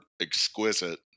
exquisite